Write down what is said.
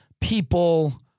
people